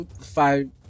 five